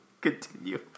Continue